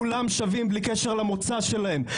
כולם שווים בלי קשר למוצא שלהם,